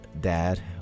dad